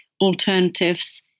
alternatives